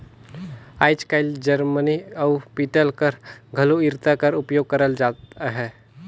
आएज काएल जरमनी अउ पीतल कर घलो इरता कर उपियोग करल जात अहे